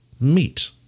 meet